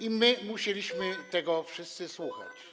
I my musieliśmy tego wszyscy słuchać.